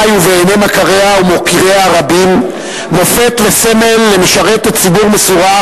ובעיני מכריה ומוקיריה הרבים מופת וסמל למשרתת ציבור מסורה,